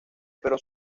pero